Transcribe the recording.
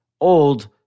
old